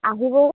আহিব